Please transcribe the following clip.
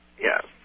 Yes